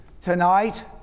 tonight